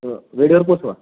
हो वेळेवर पोचवा